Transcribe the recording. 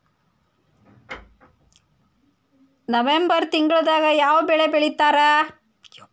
November ತಿಂಗಳದಾಗ ಯಾವ ಬೆಳಿ ಬಿತ್ತತಾರ?